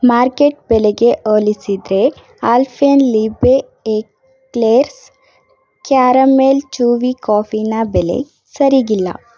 market ಬೆಲೆಗೆ ಹೋಲಿಸಿದ್ರೆ Alpenliebe eclairs caramel chewy ಕಾಫಿನ ಬೆಲೆ ಸರೀಗಿಲ್ಲ